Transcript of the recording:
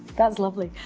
that's lovely.